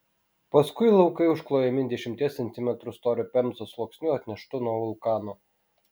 paskui laukai užklojami dešimties centimetrų storio pemzos sluoksniu atneštu nuo vulkano